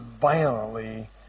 violently